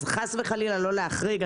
אז חס וחלילה, לא להחריג.